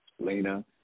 Lena